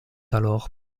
alors